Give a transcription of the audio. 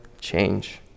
change